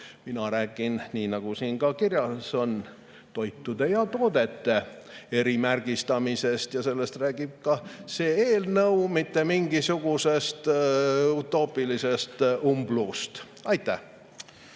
Mina räägin, nii nagu siin ka kirjas on, toitude ja toodete erimärgistamisest ja sellest räägib ka see eelnõu, mitte mingisugusest utoopilisest umbluust. Aitäh!